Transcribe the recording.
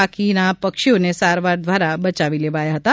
બાકીના પક્ષીઓને સારવાર દ્વારા બયાવી લેવાયા હતા